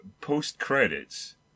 post-credits